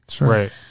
Right